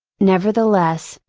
nevertheless,